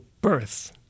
birth